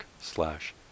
slash